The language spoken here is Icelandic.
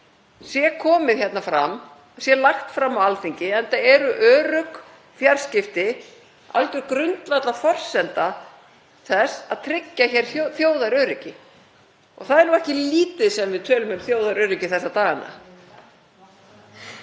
sé komið fram, sé lagt fram á Alþingi, enda eru örugg fjarskipti algjör grundvallarforsenda þess að tryggja þjóðaröryggi. Og það er nú ekki lítið sem við tölum um þjóðaröryggi þessa dagana.